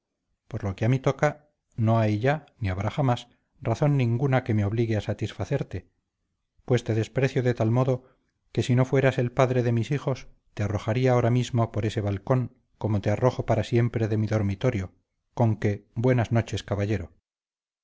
ni habrá jamás razón ninguna que me obligue a satisfacerte pues te desprecio de tal modo que si no fueras el padre de mis hijos te arrojaría ahora mismo por ese balcón como te arrojo para siempre de mi dormitorio conque buenas noches caballero